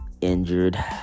injured